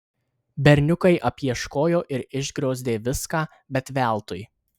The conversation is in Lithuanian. berniukai apieškojo ir išgriozdė viską bet veltui